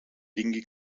tingui